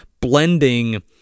blending